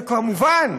וכמובן,